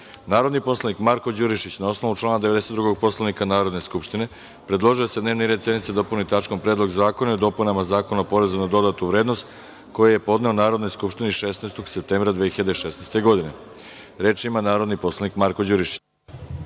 poslanik Marko Đurišić, na osnovu člana 92. Poslovnika Narodne skupštine predložio je da se dnevni red sednice dopuni tačkom – Predlog zakona o dopuni Zakona o porezu na dodatnu vrednost, koji je podneo Narodnoj skupštini 16. septembra 2016. godine. Reč ima narodni poslanik Marko Đurišić.